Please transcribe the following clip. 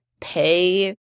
pay